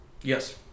Yes